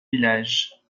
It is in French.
village